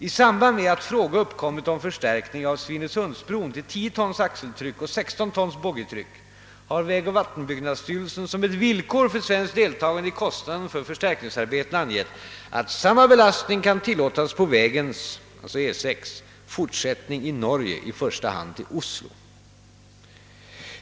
I samband med att fråga uppkommit om förstärkning av Svinesundsbron till 10 tons axeltryck och 16 tons boggitryck har vägoch vattenbyggnadsstyrelsen som ett villkor för svenskt deltagande i kostnaden för förstärkningsarbetena angivit, att samma belastning kan tillåtas på vägens fortsättning i Norge i första hand till Oslo.